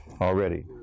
already